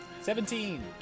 seventeen